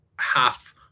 half